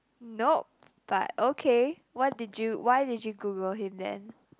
nope but okay what did you why did you Google him then